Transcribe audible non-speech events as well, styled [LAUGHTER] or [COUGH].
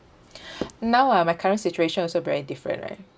[BREATH] now ah my current situation also very different right